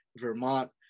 Vermont